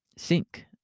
sink